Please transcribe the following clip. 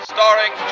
Starring